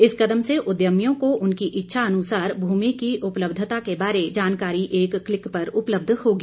इस कदम से उद्यमियों को उनकी इच्छा अनुसार भूमि की उपलब्धता के बारे जानकारी एक क्लिक पर उपलब्ध होगी